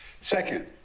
Second